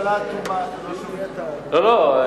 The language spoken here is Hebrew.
לא לא,